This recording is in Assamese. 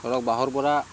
ধৰক বাঁহৰপৰা